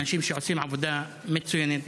אנשים שעושים עבודה מצוינת,